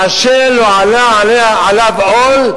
אשר לא עלה עליו עול,